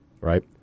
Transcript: right